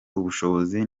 ubushobozi